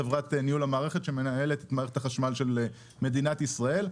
חברת ניהול המערכת שמנהלת את מערכת החשמל של מדינת ישראל.